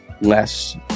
less